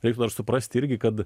reiktų dar suprast irgi kad